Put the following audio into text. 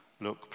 Look